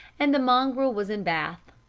and the mongrel was in bath.